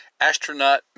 Astronaut